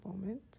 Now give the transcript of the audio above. moment